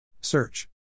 Search